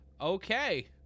Okay